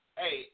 hey